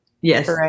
Yes